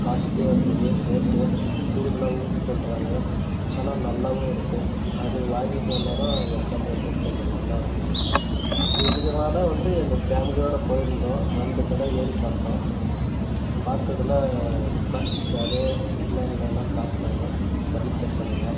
காஸ்ட்லியாக இருக்குது ரேட்டு கூடுதலாவும் சொல்கிறாங்க ஆனால் நல்லாவும் இருக்குது அது வாங்கிட்டு வந்தால் தான் உக்காந்து எழறதுக்கு கொஞ்சம் நல்லாயிருக்கும் இதுக்குனாலே வந்து எங்கள் ஃபேமிலியோடு போயிருந்தோம் ரெண்டு கடை ஏறி பார்த்தோம் பார்த்ததுல பிளாஸ்டிக் சேரு உட்லேண்ட்லெலாம் காட்டினாங்க ஃபர்னிச்சர் கடையில்